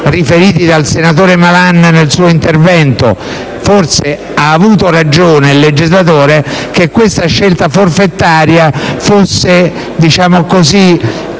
riferiti dal senatore Malan nel suo intervento, ha avuto ragione il legislatore - che questa scelta forfetaria fosse congruente